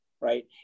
right